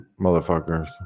motherfuckers